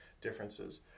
differences